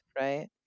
right